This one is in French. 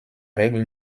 règle